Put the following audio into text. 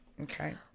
Okay